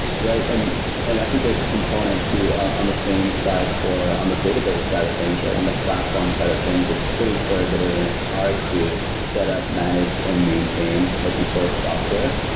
right. and and i think there's a component too on on the same side for on the database side of things, right? on the platform side of things that's pretty prohibitive and it's hard to set up, manage and maintain open source software.